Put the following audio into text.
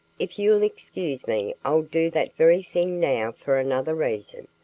if you'll excuse me i'll do that very thing now for another reason.